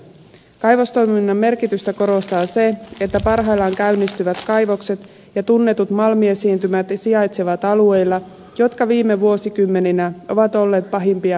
kaivostoiminnan merkitystä korostaa se että parhaillaan käynnistyvät kaivokset ja tunnetut malmiesiintymät sijaitsevat alueilla jotka viime vuosikymmeninä ovat olleet pahimpia muuttotappioalueita